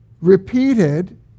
repeated